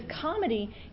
comedy